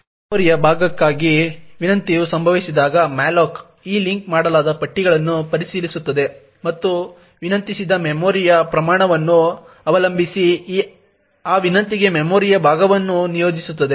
ಮೆಮೊರಿಯ ಭಾಗಕ್ಕಾಗಿ ವಿನಂತಿಯು ಸಂಭವಿಸಿದಾಗ malloc ಈ ಲಿಂಕ್ ಮಾಡಲಾದ ಪಟ್ಟಿಗಳನ್ನು ಪರಿಶೀಲಿಸುತ್ತದೆ ಮತ್ತು ವಿನಂತಿಸಿದ ಮೆಮೊರಿಯ ಪ್ರಮಾಣವನ್ನು ಅವಲಂಬಿಸಿ ಆ ವಿನಂತಿಗೆ ಮೆಮೊರಿಯ ಭಾಗವನ್ನು ನಿಯೋಜಿಸುತ್ತದೆ